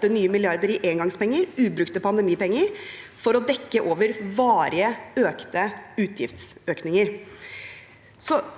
8 nye milliarder i engangspenger, ubrukte pandemipenger, til å dekke over varige utgiftsøkninger.